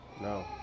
No